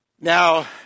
Now